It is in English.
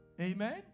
amen